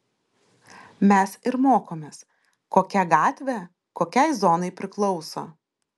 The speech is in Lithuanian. mes ir mokomės kokia gatvė kokiai zonai priklauso